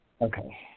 Okay